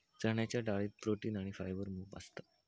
चण्याच्या डाळीत प्रोटीन आणी फायबर मोप असता